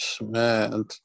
Man